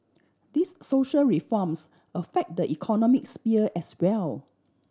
these social reforms affect the economic sphere as well